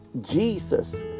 Jesus